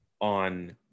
on